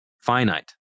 finite